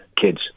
kids